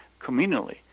communally